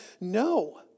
no